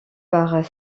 par